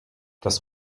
das